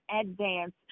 advance